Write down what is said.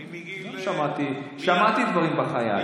אני מגיל, שמעתי דברים בחיי.